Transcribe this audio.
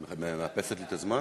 את מאפסת לי את הזמן?